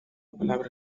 palabra